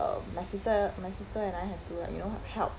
um my sister my sister and I have to like you know help